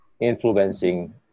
influencing